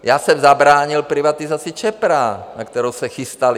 Já jsem zabránil privatizaci Čepra, na kterou se chystali.